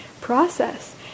process